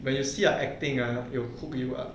when you see her acting ah it'll hook you ah